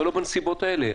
אבל לא בנסיבות האלה.